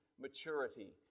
maturity